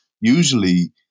usually